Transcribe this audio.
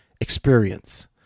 experience